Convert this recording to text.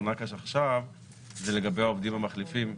נקש עכשיו היא לגבי העובדים המחליפים.